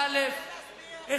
באל"ף,